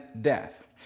death